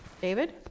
David